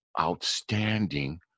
outstanding